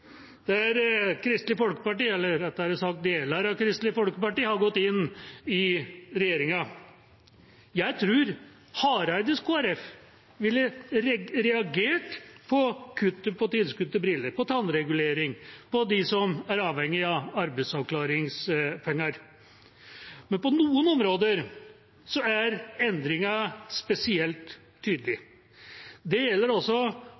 etter at Kristelig Folkeparti, eller rettere sagt deler av Kristelig Folkeparti, gikk inn i regjeringa. Jeg tror Hareides Kristelig Folkeparti ville reagert på kuttet på tilskudd til briller, til tannregulering og til dem som er avhengige av arbeidsavklaringspenger. På noen områder er endringen spesielt tydelig. Det gjelder